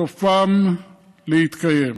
סופן להתקיים.